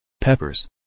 peppers